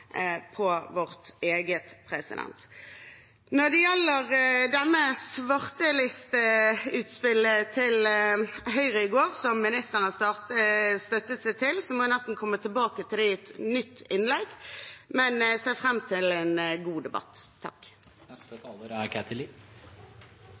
på vårt eget. Når det gjelder svartelisteutspillet til Høyre i går, som statsråden støttet seg til, må jeg nesten komme tilbake til det i et nytt innlegg. Jeg ser fram til en god debatt.